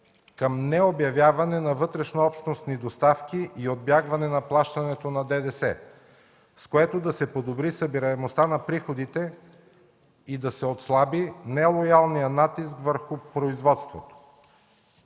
към необявяване на вътрешнообщностни доставки и отбягване плащането на ДДС, с което да се подобри събираемостта на приходите и да се отслаби нелоялният натиск върху производството.